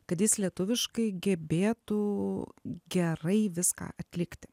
kad jis lietuviškai gebėtų gerai viską atlikti